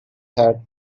had